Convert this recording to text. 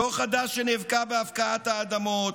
זו חד"ש שנאבקה בהפקעת האדמות,